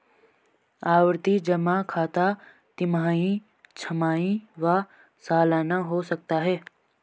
आवर्ती जमा खाता तिमाही, छमाही व सलाना हो सकता है